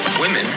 Women